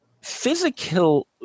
physical